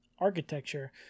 architecture